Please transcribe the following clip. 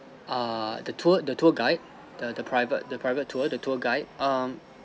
err the tour the tour guide the the private the private tour the tour guide um